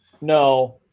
No